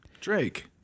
Drake